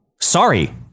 Sorry